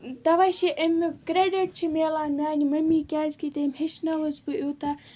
تَوَے چھِ امیُک کرٛٮ۪ڈِٹ چھِ میلان میٛانہِ مٔمی کیٛازکہِ تٔمۍ ہیٚچھنٲوٕس بہٕ یوٗتاہ